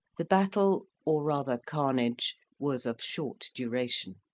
the battle, or rather carnage, was of short duration.